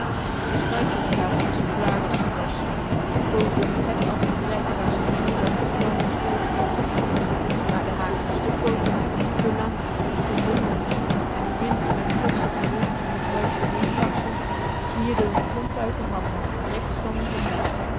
ze struikelde haast zoo zwaar as-ie was en poogde de plek af te dreggen waar ze meende dat poes nou most wezen maar de haak was te pootig te lang en te bunglend en de wind met forscher geloei om t huisje heen parsend gierde m plomp uit r handen rechtstandig omlaag